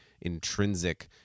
intrinsic